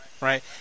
Right